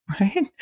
Right